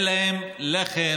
אין להם לחם,